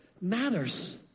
matters